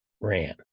ran